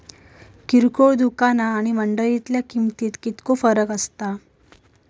किरकोळ दुकाना आणि मंडळीतल्या किमतीत कितको फरक असता?